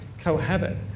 cohabit